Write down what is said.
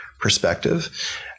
perspective